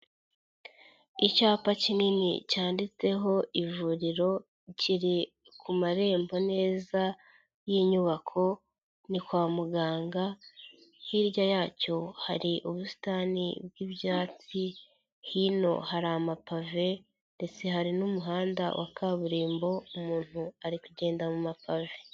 Icyapa kinini cyanditseho ivuriro kiri ku marembo neza y'inyubako ni kwa muganga, hirya yacyo hari ubusitani bw'ibyatsi, hino hari amapave ndetse hari n'umuhanda wa kaburimbo, umuntu ari kugenda mu mapave.